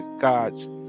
God's